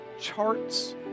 charts